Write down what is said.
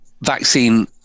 vaccine